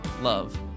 love